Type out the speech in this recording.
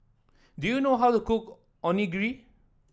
do you know how to cook Onigiri